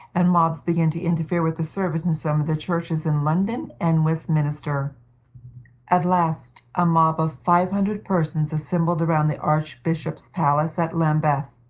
and mobs began to interfere with the service in some of the churches in london and westminster. at last a mob of five hundred persons assembled around the archbishop's palace at lambeth.